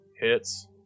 hits